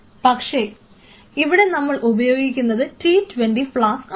പക്ഷേ ഇവിടെ നമ്മൾ ഉപയോഗിക്കുന്നത് t 20 ഫ്ലാസ്ക് ആണ്